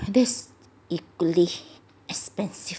this equally expensive